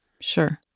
Sure